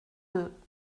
deux